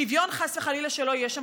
שוויון, חס וחלילה, שלא יהיה שם.